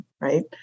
right